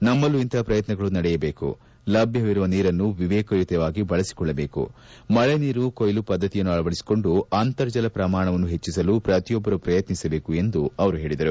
ನಮ್ಮಲ್ಲೂ ಇಂತಹ ಪ್ರಯತ್ನಗಳು ನಡೆಯಬೇಕು ಲಭ್ದವಿರುವ ನೀರನ್ನು ವಿವೇಕಯುತವಾಗಿ ಬಳಸಿಕೊಳ್ಳಬೇಕು ಮಳೆ ನೀರು ಕೊಯ್ಲು ಪದ್ದತಿಯನ್ನು ಅಳವಡಿಸಿಕೊಂಡು ಅಂತರ್ಜಲ ಪ್ರಮಾಣವನ್ನು ಹೆಚ್ಚಿಸಲು ಪ್ರತಿಯೊಬ್ಬರೂ ಪ್ರಯತ್ನಿಸಬೇಕು ಎಂದು ಹೇಳಿದರು